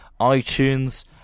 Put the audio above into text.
iTunes